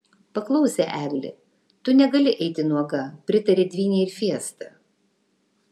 paklausė eglė tu negali eiti nuoga pritarė dvynei ir fiesta